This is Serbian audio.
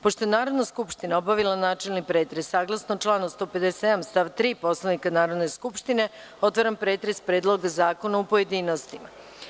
Pošto je Narodna skupština obavila načelni pretres, saglasno članu 157. stav 3. Poslovnika Narodne skupštine otvaram pretres Predloga zakona u pojedinostima.